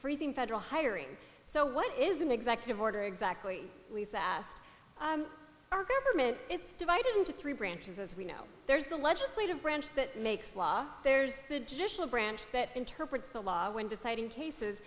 freezing federal hiring so what is an executive order exactly lease asked our government it's divided into three branches as we know there's the legislative branch that makes law there's the judicial branch that interprets the law when deciding cases